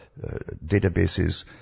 databases